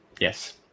yes